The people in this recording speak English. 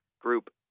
group